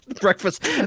breakfast